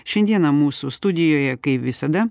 šiandieną mūsų studijoje kaip visada